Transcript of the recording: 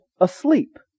asleep